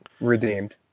redeemed